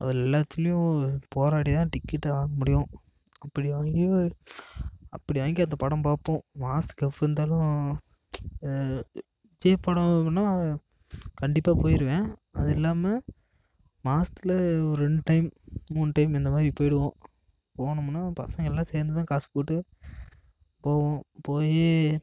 அது எல்லாத்துலேயும் போராடி தான் டிக்கெட்டை வாங்க முடியும் அப்படி வாங்கி அப்படி வாங்கி அந்த படம் பார்ப்போம் மாதத்துக்கு எப்படி இருந்தாலும் விஜய் படம் ஓடினா கண்டிப்பா போயிருவேன் அது இல்லாமல் மாசத்துல ஒரு ரெண்டு டைம் மூணு டைம் இந்த மாதிரி போயிடுவோம் போனோம்ன்னா பசங்க எல்லாம் சேர்ந்து தான் காசு போட்டு போவோம் போய்